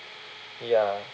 ya